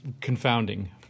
confounding